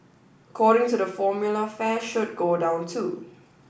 according to the formula fare should go down too